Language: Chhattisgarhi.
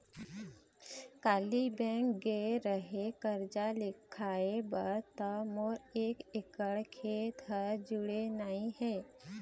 काली बेंक गे रेहेव करजा लिखवाय बर त मोर एक एकड़ खेत ह जुड़े नइ हे